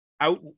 out